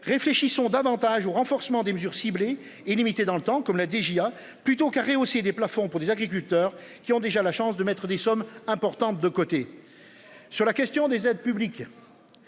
réfléchissons davantage au renforcement des mesures ciblées et limitées dans le temps, comme l'a dit, j'y a plutôt carrée aussi des plafonds pour des agriculteurs qui ont déjà la chance de mettre des sommes importantes de côté. Sur la question des aides publiques.